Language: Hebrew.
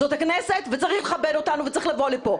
זאת הכנסת וצריך לכבד אותנו וצריך לבוא לפה.